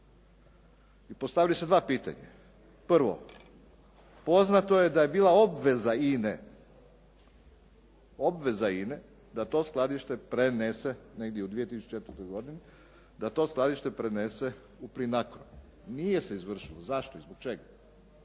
Postavljaju se dva pitanja. Prvo, poznato je da je bila obveza INA-e da to skladište prenese negdje u 2004. godini, da to skladište prenese u … /Govornik se ne razumije./ … nije se izvršilo. Zašto i zbog čega?